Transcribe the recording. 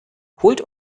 holt